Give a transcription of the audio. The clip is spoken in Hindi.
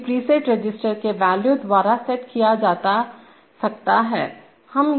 जोकि प्रीसेट रजिस्टर के वैल्यू द्वारा सेट किया जाता सकता है